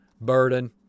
burden